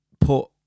put